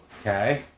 Okay